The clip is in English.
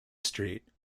street